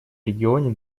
регионе